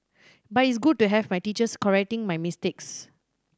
but it's good to have my teachers correcting my mistakes